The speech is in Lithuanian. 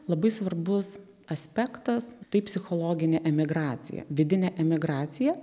labai svarbus aspektas tai psichologinė emigracija vidinė emigracija